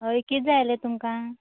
हय किदें जाय आसलें तुमकां